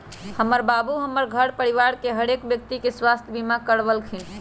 हमर बाबू हमर घर परिवार के हरेक व्यक्ति के स्वास्थ्य बीमा करबलखिन्ह